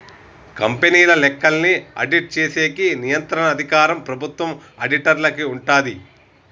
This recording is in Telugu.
కంపెనీల లెక్కల్ని ఆడిట్ చేసేకి నియంత్రణ అధికారం ప్రభుత్వం ఆడిటర్లకి ఉంటాది